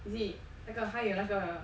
is it 那个他有那个